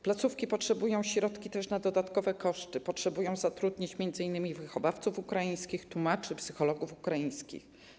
Placówki potrzebują też środków na dodatkowe koszty, potrzebują zatrudnić m.in. wychowawców ukraińskich, tłumaczy, psychologów ukraińskich.